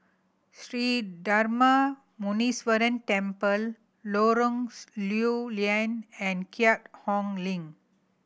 Sri Darma Muneeswaran Temple Lorong Lew Lian and Keat Hong Link